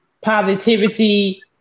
positivity